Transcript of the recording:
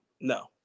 no